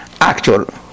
actual